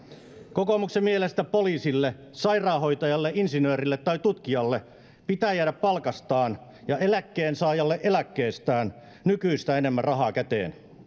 kokoomuksen mielestä poliisille sairaanhoitajalle insinöörille tai tutkijalle pitää jäädä palkastaan ja eläkkeensaajalle eläkkeestään nykyistä enemmän rahaa käteen